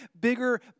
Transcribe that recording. bigger